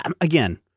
again